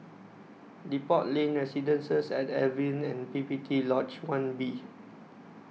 Depot Lane Residences At Evelyn and P P T Lodge one B